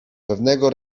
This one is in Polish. pewnego